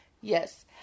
Yes